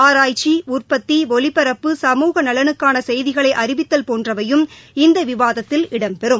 ஆராய்ச்சி உற்பத்தி ஒலிபரப்பு சமூக நலனுக்கான செய்திகளை அறிவித்தல் போன்றவையும் இந்த விவாதத்தில் இடம்பெறும்